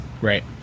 Right